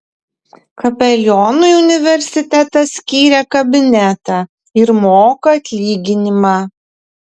kapelionui universitetas skyrė kabinetą ir moka atlyginimą